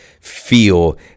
feel